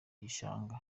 gishanga